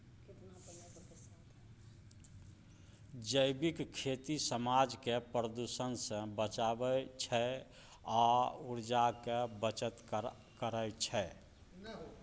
जैबिक खेती समाज केँ प्रदुषण सँ बचाबै छै आ उर्जाक बचत करय छै